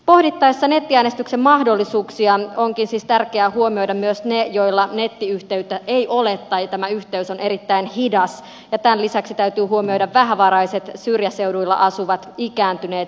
pohdittaessa nettiäänestyksen mahdollisuuksia onkin siis tärkeää huomioida myös ne joilla nettiyhteyttä ei ole tai tämä yhteys on erittäin hidas ja tämän lisäksi täytyy huomioida vähävaraiset syrjäseuduilla asuvat ikääntyneet ja maahanmuuttajat